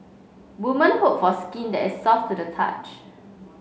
woman hope for skin that is soft to the touch